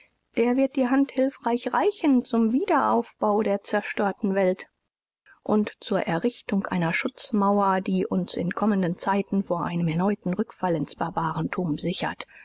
der wird die hand hilfreich reichen zum wiederaufbau der zerstörten welt u zur errichtung einer schutzmauer die uns in kommenden zeiten vor einem erneuten rückfall ins barbarentum sichert